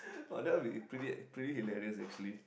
oh that will be pretty pretty hilarious actually